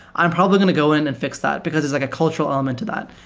i'm probably going to go in and fix that, because there's like a cultural element to that.